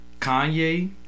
Kanye